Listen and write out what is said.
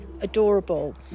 adorable